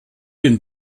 den